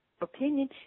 opinion